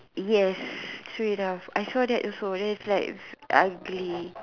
yes straight off I saw that also then it's like ugly